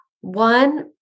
One